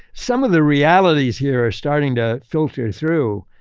some of the realities here are starting to filter through.